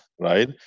right